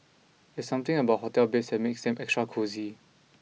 there's something about hotel beds that makes them extra cosy